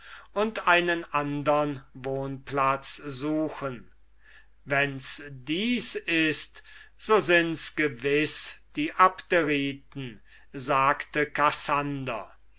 und einen andern wohnplatz suchen wenn's dies ist so sind's gewiß die abderiten sagte